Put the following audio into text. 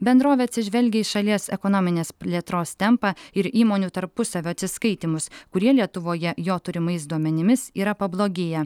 bendrovė atsižvelgia į šalies ekonominės plėtros tempą ir įmonių tarpusavio atsiskaitymus kurie lietuvoje jo turimais duomenimis yra pablogėję